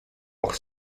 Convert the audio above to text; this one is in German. auch